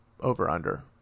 over-under